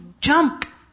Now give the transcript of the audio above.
jump